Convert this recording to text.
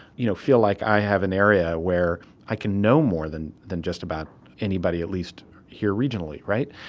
you know, feel like i have an area where i can know more than than just about anybody, at least here regionally, right?